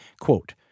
quote